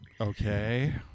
Okay